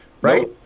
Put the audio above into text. right